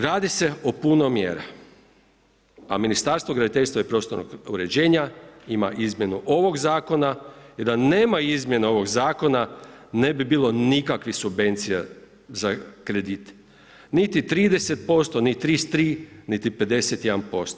Radi se o puno mjera, a Ministarstvo graditeljstva i prostornog uređenja ima izmjenu ovog zakona i da nema izmjene ovog zakona ne bi bilo nikakvih subvencija za kredit, niti 30% ni 33 niti 51%